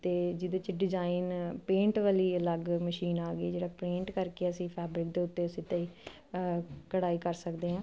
ਤੇ ਜਿਹਦੇ 'ਚ ਡਿਜ਼ਾਇਨ ਪੇਂਟ ਵਾਲੀ ਅਲੱਗ ਮਸ਼ੀਨ ਆ ਗਈ ਜਿਹੜਾ ਪੇਂਟ ਕਰਕੇ ਅਸੀਂ ਫੈਬਰਿਕ ਦੇ ਉੱਤੇ ਸਿੱਧਾ ਹੀ ਕੜਾਈ ਕਰ ਸਕਦੇ ਆਂ